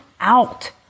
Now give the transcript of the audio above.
out